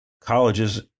colleges